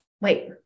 wait